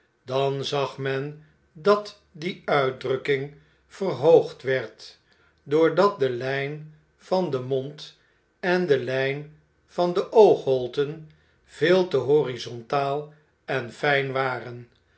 dan zag men dat die uitdrukking verhoogd werd doordat de ljjn van den mond en de lijn van de oogholten veel te horizontaal en fijn waren